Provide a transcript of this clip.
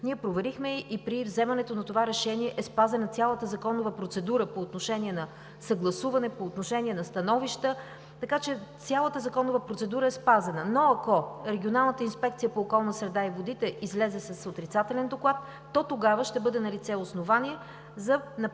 Ние проверихме и при вземането на това решение е спазена цялата законова процедура по отношение на съгласуване, по отношение на становища. Цялата законова процедура е спазена, но ако Регионалната инспекция по околната среда и водите излезе с отрицателен доклад, то тогава ще бъде налице основание за правене